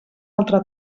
altra